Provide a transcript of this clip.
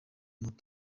moto